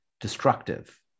destructive